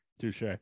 Touche